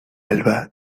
alba